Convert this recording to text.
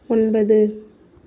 ஒன்பது